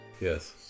Yes